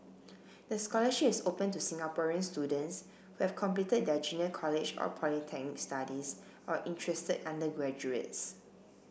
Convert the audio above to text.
the scholarship is open to Singaporean students who have completed their junior college or polytechnic studies or interested undergraduates